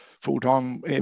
full-time